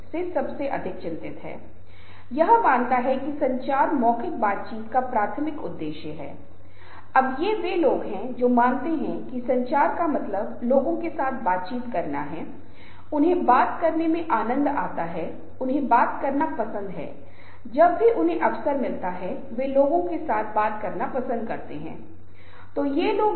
आप जानते हैं कि मतभेद हमारे अंतर के माध्यम से अच्छे हैं बहुत रचनात्मक चर्चा के माध्यम से हम कुछ प्रकार की रणनीतियों को विकसित कर सकते हैं हम कुछ प्रकार की चीजों को विकसित कर सकते हैं जो हमारे लक्ष्य को प्राप्त करने में हमारी मदद करने में सक्षम हो सकती हैं